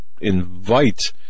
invite